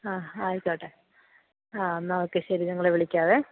ആ ആയിക്കോട്ടെ ആ എന്നാൽ ഓക്കെ ശരി ഞങ്ങൾ വിളിക്കാമേ